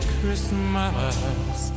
Christmas